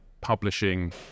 publishing